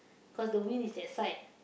cause the wind is that side